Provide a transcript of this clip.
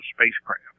spacecraft